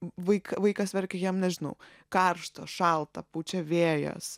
v vaik vaikas verkia jam nežinau karšta šalta pučia vėjas